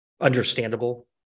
understandable